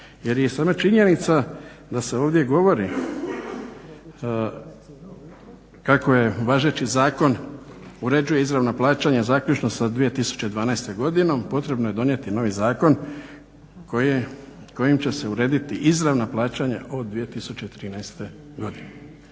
Jer je i sama činjenica da se ovdje govori kako važeći zakon uređuje izravna plaćanja zaključno sa 2012. godinom potrebno je donijeti novi zakon kojim će se urediti izravna plaćanja od 2013. godine.